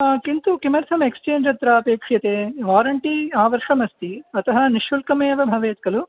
किन्तु किमर्थं एक्स्चेञ्ज् अत्र अपेक्ष्यते वारण्टि आवर्षम् अस्ति अतः निश्शुक्लम् एव भवेत् खलु